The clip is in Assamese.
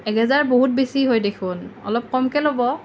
এক হেজাৰ বহুত বেছি হয় দেখোন অলপ কমকৈ ল'ব